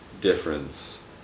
difference